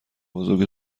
بزرگ